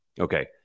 okay